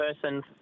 person